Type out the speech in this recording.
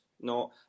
No